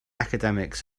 academics